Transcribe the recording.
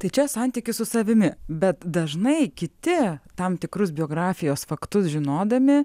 tai čia santykis su savimi bet dažnai kiti tam tikrus biografijos faktus žinodami